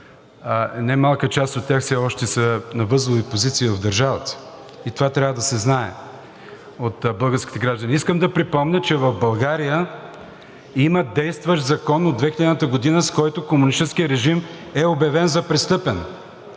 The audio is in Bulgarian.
немалка част от тях все още са на възлови позиции в държавата, и това трябва да се знае от българските граждани. Искам да припомня, че в България има действащ закон от 2000 г., с който комунистическият режим е обявен за престъпен,